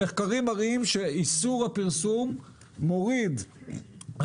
מחקרים מראים שאיסור הפרסום מוריד את מספר המעשנים.